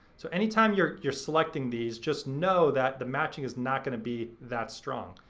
so anytime you're you're selecting these just know that the matching is not gonna be that strong.